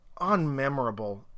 unmemorable